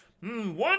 One